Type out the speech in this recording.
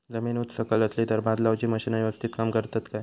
जमीन उच सकल असली तर भात लाऊची मशीना यवस्तीत काम करतत काय?